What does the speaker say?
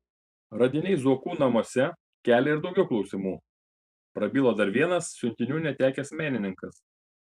radiniai zuokų namuose kelia ir daugiau klausimų prabilo dar vienas siuntinių netekęs menininkas